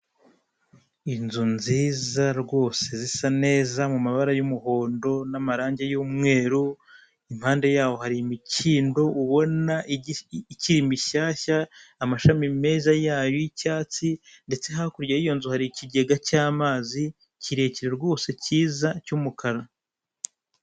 Inzu nziza rwose zisa neza mu mabara y'umuhondo n'amarangi y'umweru impande yaho hari imikindo ubona ikiri mishyashya amashami meza yayo y'icyatsi ndetse hakurya y'iyo nzu hari ikigega cy'amazi kirekire rwose cyiza cy'umukara.